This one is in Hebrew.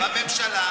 בממשלה,